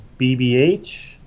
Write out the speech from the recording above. BBH